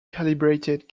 calibrated